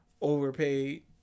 overpaid